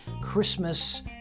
Christmas